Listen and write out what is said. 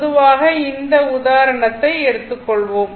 பொதுவாக இந்த உதாரணத்தை எடுத்துக்கொள்வோம்